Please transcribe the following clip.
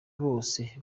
bose